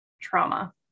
trauma